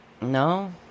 No